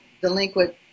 delinquent